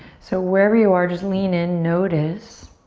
so wherever you are just lean in, notice.